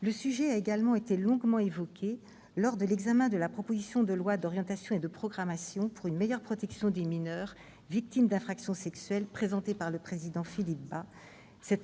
Le sujet a également été longuement évoqué lors de l'examen de la proposition de loi d'orientation et de programmation pour une meilleure protection des mineurs victimes d'infractions sexuelles, présentée par le président de